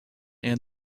and